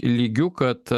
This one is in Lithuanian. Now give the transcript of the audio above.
lygiu kad